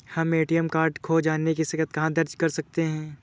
हम ATM card खो जाने की शिकायत कहाँ दर्ज कर सकते हैं?